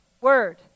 Word